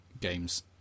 Games